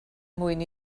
mwyn